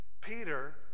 Peter